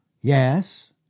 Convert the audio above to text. Yes